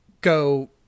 go